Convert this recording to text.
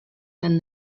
than